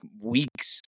weeks